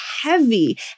heavy